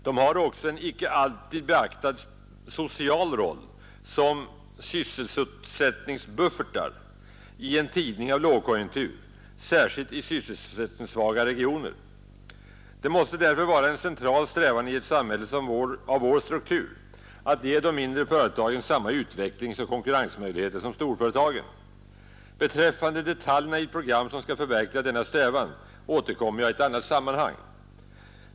De har också en icke alltid beaktad social roll som ”sysselsättningsbuffertar” i tider av lågkonjunktur, särskilt i sysselsättningssvaga regioner. Det måste därför vara en central strävan i ett samhälle av vår struktur att ge de mindre företagen samma utvecklingsoch konkurrensmöjligheter som storföretagen. Beträffande detaljerna i ett program som skall förverkliga denna strävan återkommer jag i ett annat sammanhang.